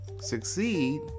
succeed